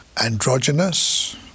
androgynous